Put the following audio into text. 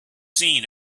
seen